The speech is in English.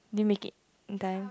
did you make it in time